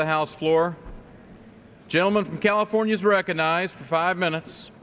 the house floor gentleman from california is recognized five minutes